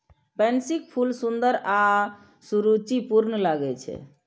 पैंसीक फूल सुंदर आ सुरुचिपूर्ण लागै छै